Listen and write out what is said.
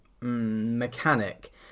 mechanic